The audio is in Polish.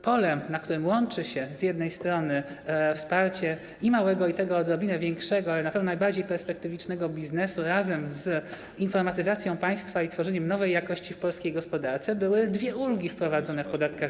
Polem, na którym łączy się wsparcie i małego, i tego odrobinę większego, ale na pewno najbardziej perspektywicznego biznesu razem z informatyzacją państwa i tworzeniem nowej jakości w polskiej gospodarce, były dwie ulgi wprowadzone w podatkach.